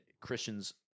christians